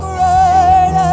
right